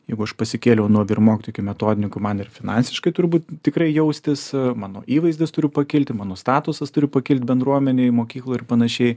jeigu aš pasikėliau nuo vyr mokytojų iki metodininkų man ir finansiškai turbūt tikrai jaustis mano įvaizdis turiu pakilti mano statusas turiu pakilt bendruomenėj mokykloj ir panašiai